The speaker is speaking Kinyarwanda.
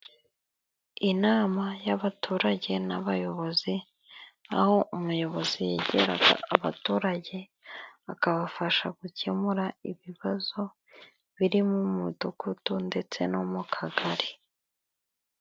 Inama y'abaturage n'abayobozi aho umuyobozi yegeraga abaturage. Akabafasha gukemura ibibazo biri mu mudugudu ndetse no mu kagari.